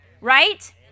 Right